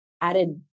added